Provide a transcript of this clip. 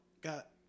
got